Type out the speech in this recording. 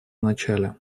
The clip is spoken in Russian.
начале